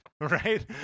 right